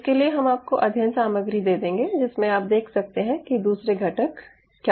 इसके लिए हम आपको अध्ययन सामग्री दे देंगे जिसमे आप देख सकते हैं कि दूसरे घटक क्या क्या होते हैं